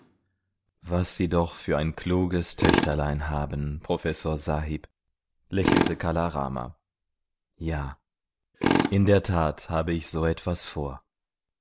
was sie doch für ein kluges töchterlein haben professor sahib lächelte kala rama ja in der tat habe ich so etwas vor